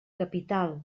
capital